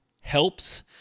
helps